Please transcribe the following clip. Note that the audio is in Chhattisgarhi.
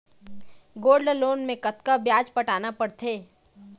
गोल्ड लोन मे कतका ब्याज पटाना पड़थे?